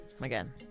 Again